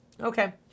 Okay